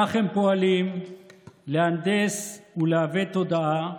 כך הם פועלים להנדס ולעוות תודעה,